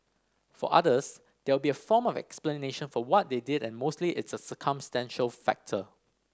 for others there will be a form of explanation for what they did and mostly it's a circumstantial factor